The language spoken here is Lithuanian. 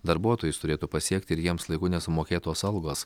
darbuotojus turėtų pasiekti ir jiems laiku nesumokėtos algos